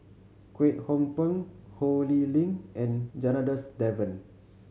Kwek Hong Png Ho Lee Ling and Janadas Devan